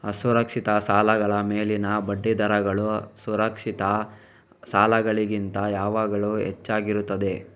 ಅಸುರಕ್ಷಿತ ಸಾಲಗಳ ಮೇಲಿನ ಬಡ್ಡಿ ದರಗಳು ಸುರಕ್ಷಿತ ಸಾಲಗಳಿಗಿಂತ ಯಾವಾಗಲೂ ಹೆಚ್ಚಾಗಿರುತ್ತದೆ